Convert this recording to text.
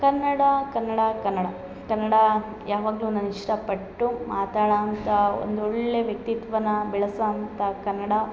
ಕನ್ನಡ ಕನ್ನಡ ಕನ್ನಡ ಕನ್ನಡ ಯಾವಾಗಲು ನಾನು ಇಷ್ಟ ಪಟ್ಟು ಮಾತಾಡೋ ಅಂತ ಒಂದೊಳ್ಳೆಯ ವ್ಯಕ್ತಿತ್ವನ ಬೆಳೆಸೋವಂಥ ಕನ್ನಡ